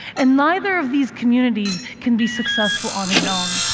and neither of these communities can be successful on its own.